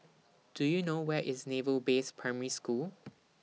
Do YOU know Where IS Naval Base Primary School